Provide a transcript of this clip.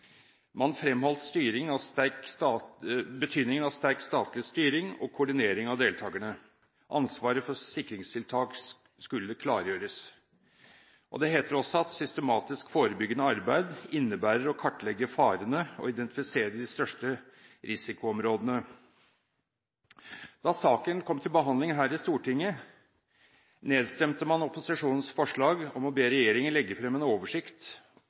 Man fremholdt betydningen av sterk statlig styring og koordinering av deltakerne. Ansvaret for sikringstiltak skulle klargjøres. Det heter også: Systematisk forebyggende arbeid innebærer å kartlegge farene og identifisere de største risikoområdene. Da saken kom til behandling her i Stortinget, nedstemte man opposisjonens forslag om å be «regjeringen legge frem en oversikt